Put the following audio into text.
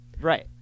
Right